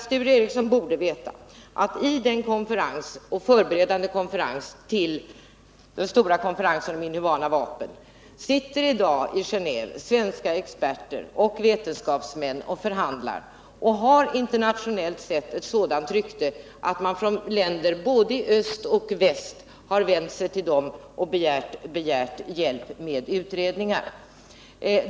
Sture Ericson borde veta att i den förberedande konferensen till den stora konferensen om inhumana vapen sitter i dag i Genéve svenska experter och vetenskapsmän och förhandlar. De har internationellt sett ett sådant rykte att länder i både öst och väst har vänt sig till dem och begärt hjälp med utredningar.